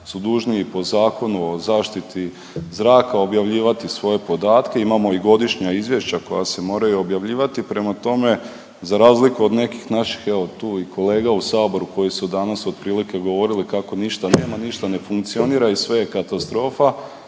su dužni i po Zakonu o zaštiti zraka objavljivati svoje podatke, imamo i godišnja izvješća koja se moraju objavljivati, prema tome, za razliku od nekih naših evo, tu i kolega u Saboru koji su danas otprilike govorili kako ništa nema, ništa ne funkcionira i sve je katastrofa,